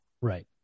Right